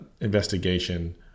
investigation